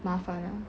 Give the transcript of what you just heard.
麻烦 ah